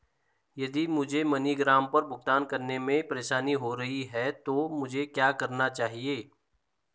यदि मुझे मनीग्राम पर भुगतान करने में परेशानी हो रही है तो मुझे क्या करना चाहिए?